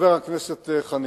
חבר הכנסת חנין,